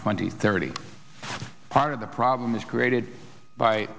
twenty thirty part of the problem is created by